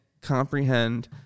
comprehend